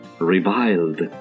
reviled